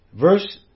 Verse